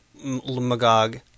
magog